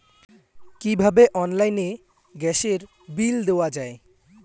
কিভাবে অনলাইনে গ্যাসের বিল দেওয়া যায়?